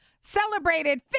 Celebrated